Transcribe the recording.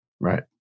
Right